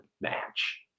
match